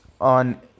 on